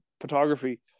photography